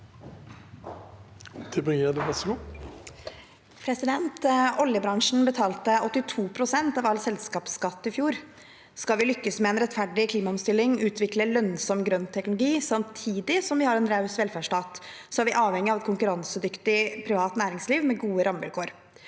Oljebran- sjen betalte 82 pst. av all selskapsskatt i fjor. Skal vi lykkes med en rettferdig klimaomstilling, utvikle lønnsom grønn teknologi samtidig som vi har en raus velferdsstat, er vi avhengig av et konkurransedyktig privat næringsliv med gode rammevilkår.